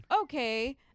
okay